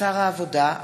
הודעת שר העבודה,